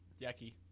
Yucky